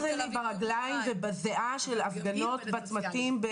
ליטראלי ברגליים ובזיעה של הפגנות בצמתים.